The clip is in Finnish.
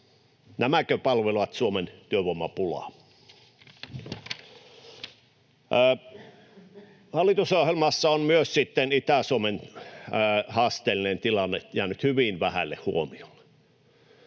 nämäkö palvelevat Suomen työvoimapulaa? Hallitusohjelmassa on myös Itä-Suomen haasteellinen tilanne jäänyt hyvin vähälle huomiolle.